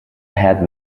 had